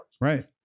Right